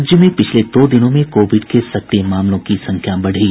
राज्य में पिछले दो दिनों में कोविड के सक्रिय मामलों की संख्या बढ़ी